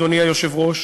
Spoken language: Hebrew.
אדוני היושב-ראש,